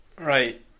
right